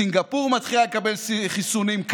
סינגפור מתחילה לקבל חיסונים.